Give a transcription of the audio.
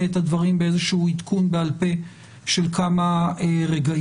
את הדברים באיזה שהוא עדכון בעל פה של כמה רגעים.